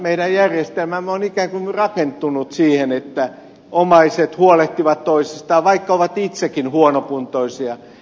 meidän järjestelmämme on ikään kuin rakentunut niin että omaiset huolehtivat toisistaan vaikka ovat itsekin huonokuntoisia